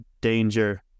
danger